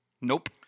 nope